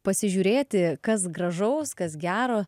pasižiūrėti kas gražaus kas gero